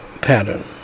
pattern